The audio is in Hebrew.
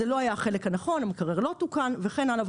זה לא היה החלק הנכון, המקרר לא תוקן, וכן הלאה.